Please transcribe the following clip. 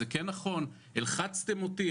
הלחצתם אותי,